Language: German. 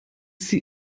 sie